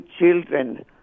children